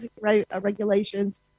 regulations